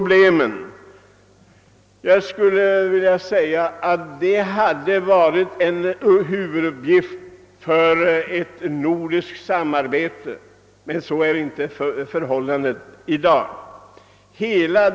Det hade varit en uppgift för det nordiska samarbetet som vi i dag saknar på området.